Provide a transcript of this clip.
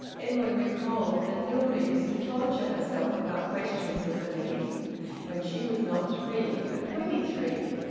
edwin recalled that hilda used to torture herself about questions of belief when she was not three but twenty-three.